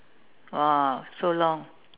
!wow! so long